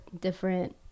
different